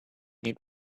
need